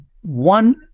one